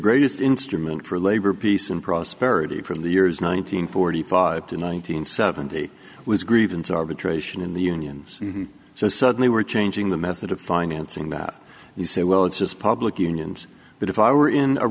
greatest instrument for labor peace and prosperity from the years nine hundred forty five to nine hundred seventy was grievance arbitration in the unions so suddenly we're changing the method of financing that you say well it's just public unions but if i were in